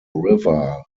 river